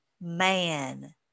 man